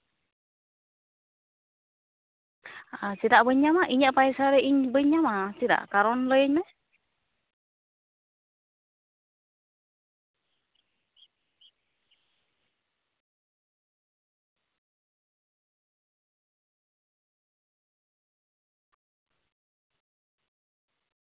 ᱪᱮᱫᱟᱜ ᱵᱟᱹᱧ ᱧᱟᱢᱟ ᱤᱧᱟᱹᱜ ᱯᱟᱭᱥᱟ ᱤᱧ ᱵᱟᱹᱧ ᱧᱟᱢᱟ ᱪᱮᱫᱟᱜ ᱠᱟᱨᱚᱱ ᱞᱟᱹᱭ ᱢᱮ